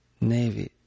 Navy